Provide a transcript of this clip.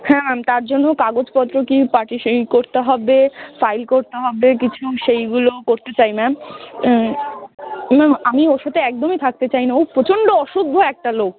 হ্যাঁ ম্যাম তার জন্য কাগজপত্র কী পার্টি সই করতে হবে ফাইল করতে হবে কিছু সেগুলো করতে চাই ম্যাম ম্যাম আমি ওর সাথে একদমই থাকতে চাই না ও প্রচণ্ড অসভ্য একটা লোক